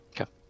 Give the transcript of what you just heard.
Okay